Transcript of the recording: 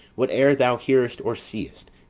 whate'er thou hearest or seest,